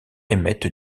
émettent